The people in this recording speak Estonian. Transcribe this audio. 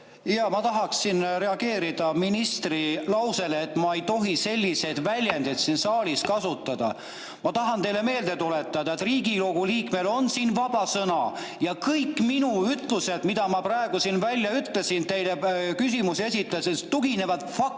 Ma tahaksin reageerida ministri lausele, et ma ei tohi selliseid väljendeid siin saalis kasutada. Ma tahan teile meelde tuletada, et Riigikogu liikmel on siin vaba sõna ja kõik minu ütlused, mis ma praegu siin välja ütlesin teile küsimust esitades, tuginevad faktidele,